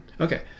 Okay